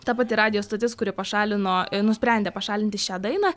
ta pati radijo stotis kuri pašalino i nusprendė pašalinti šią dainą